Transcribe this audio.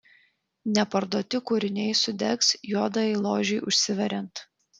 neparduoti kūriniai sudegs juodajai ložei užsiveriant